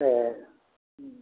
சரி ம்